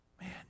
man